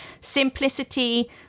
simplicity